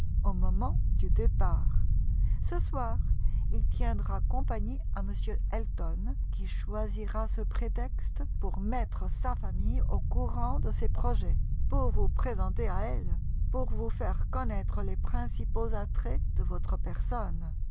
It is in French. au moment du départ ce soir il tiendra compagnie à m elton qui choisira ce prétexte pour mettre sa famille au courant de ses projets pour vous présenter à elle pour vous faire connaître les principaux attraits de votre personne